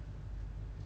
why